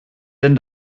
denn